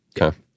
okay